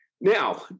Now